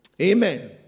Amen